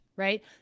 Right